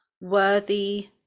worthy